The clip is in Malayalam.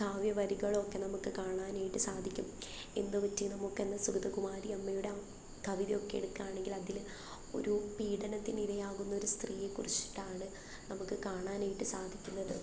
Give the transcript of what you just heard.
കാവ്യ വരികളൊക്കെ നമുക്ക് കാണാനായിട്ടു സാധിക്കും എന്തുപറ്റി നമുക്കെന്ന് സുഗതകുമാരി അമ്മയുടെ അ കവിതയൊക്കെ എടുക്കുകയാണെങ്കിൽ അതില് ഒരു പീഡനത്തിനിരയാകുന്നൊരു സ്ത്രീയെക്കുറിച്ചിട്ടാണ് നമുക്ക് കാണാനായിട്ട് സാധിക്കുന്നത്